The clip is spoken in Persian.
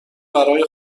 برای